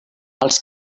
els